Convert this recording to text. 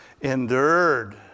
endured